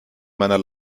meiner